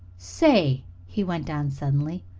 say! he went on suddenly.